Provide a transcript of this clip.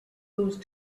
those